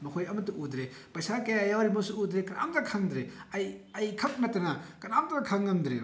ꯃꯈꯣꯏ ꯑꯃꯇ ꯎꯗ꯭ꯔꯦ ꯄꯩꯁꯥ ꯀꯌꯥ ꯌꯥꯎꯔꯤꯕꯅꯣꯁꯨ ꯎꯗ꯭ꯔꯦ ꯑꯃꯇ ꯈꯪꯗ꯭ꯔꯦ ꯑꯩ ꯈꯛ ꯅꯠꯇꯅ ꯀꯅꯥ ꯑꯃꯇꯅ ꯈꯪꯉꯝꯗ꯭ꯔꯦꯕ